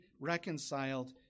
reconciled